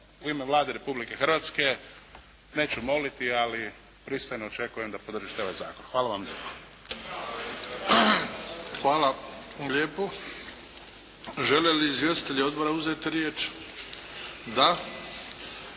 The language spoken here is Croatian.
u ime Vlade Republike Hrvatske neću moliti ali pristojno očekujem da podržite ovaj zakon. Hvala vam lijepa. **Bebić, Luka (HDZ)** Hvala lijepo. Žele li izvjestitelji odbora uzeti riječ? Da.